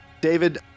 David